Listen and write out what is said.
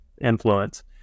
influence